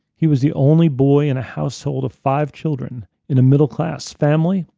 he was the only boy in a household of five children, in a middle-class family,